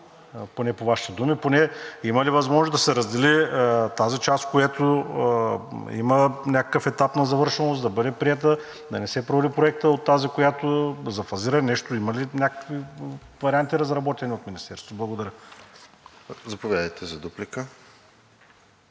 поне по Вашите думи. Поне има ли възможност да се раздели тази част, която има някакъв етап на завършеност, да бъде приета, да не се провали проектът. За фазиране нещо има ли, някакви варианти, разработени от Министерството. Благодаря. ПРЕДСЕДАТЕЛ РОСЕН